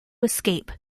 escape